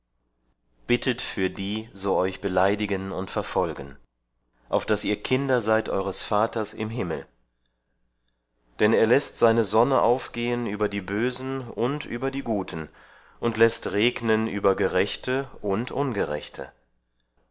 bittet für die so euch beleidigen und verfolgen auf daß ihr kinder seid eures vater im himmel denn er läßt seine sonne aufgehen über die bösen und über die guten und läßt regnen über gerechte und ungerechte